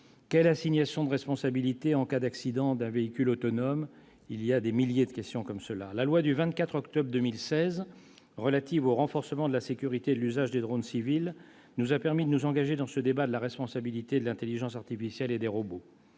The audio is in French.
sur l'assignation de responsabilité en cas d'accident d'un véhicule autonome ? Il y a des milliers de questions comme celles-là ! La loi du 24 octobre 2016 relative au renforcement de la sécurité de l'usage des drones civils nous a permis de nous engager dans ce débat de la responsabilité de l'intelligence artificielle et des robots.